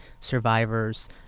survivors